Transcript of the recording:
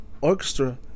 Orchestra